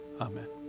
amen